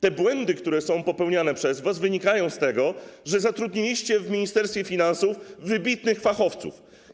Te błędy, które są przez was popełniane, wynikają z tego, że zatrudniliście w Ministerstwie Finansów wybitnych fachowców.